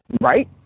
Right